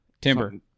Timber